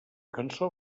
cançó